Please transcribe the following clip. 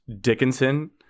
Dickinson